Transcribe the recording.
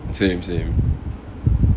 same same